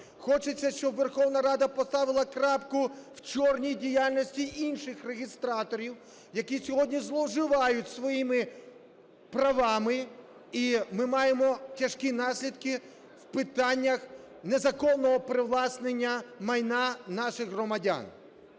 хочеться, щоб Верховна Рада поставила крапку в чорній діяльності інших реєстраторів, які сьогодні зло вживають своїми правами, і ми маємо тяжкі наслідки в питаннях незаконного привласнення майна наших громадян.